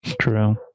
True